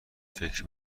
فکر